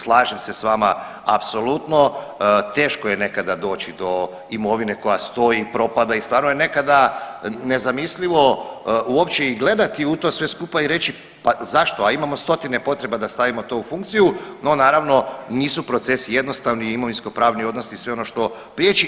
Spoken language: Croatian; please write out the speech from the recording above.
Slažem se s vama apsolutno, teško je nekada doći do imovine koja stoji, propada i stvarno je nekada nezamislivo uopće i gledati u to sve skupa i reći, pa zašto, a imamo stotine potreba da stavimo to u funkciju, no naravno nisu procesi jednostavni i imovinskopravni odnosi sve ono što priječi.